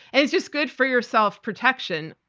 and it's just good for yourself protection.